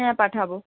হ্যাঁ পাঠাব